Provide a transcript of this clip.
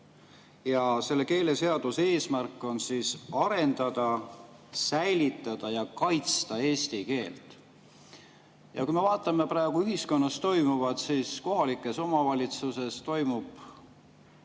Keeleseaduse eesmärk on arendada, säilitada ja kaitsta eesti keelt. Kui me vaatame praegu ühiskonnas toimuvat, siis kohalikes omavalitsustes toimub